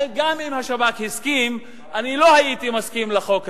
גם אם השב"כ היה מסכים אני לא הייתי מסכים לחוק הזה,